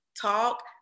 talk